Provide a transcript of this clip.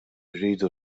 rridu